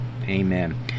Amen